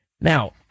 Now